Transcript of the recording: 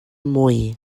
mwy